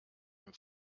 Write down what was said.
dem